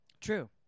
True